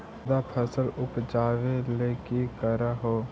जादे फसल उपजाबे ले की कर हो?